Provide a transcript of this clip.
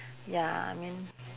ya I mean